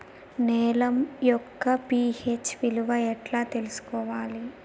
నేల యొక్క పి.హెచ్ విలువ ఎట్లా తెలుసుకోవాలి?